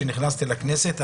עת נכנסתי לכנסת,